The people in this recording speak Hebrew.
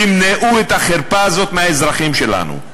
תמנעו את החרפה הזאת מהאזרחים שלנו.